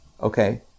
Okay